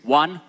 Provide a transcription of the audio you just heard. one